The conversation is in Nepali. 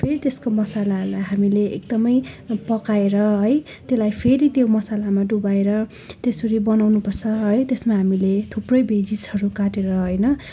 फेरि त्यसको मसालाहरूलाई हामीले एकदमै पकाएर है त्यसलाई फेरि त्यो मसालामा डुबाएर त्यसरी बनाउनुपर्छ है त्यसमा हामीले थुप्रै भेजिसहरू काटेर होइन